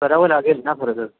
भरावं लागेल ना फुर सर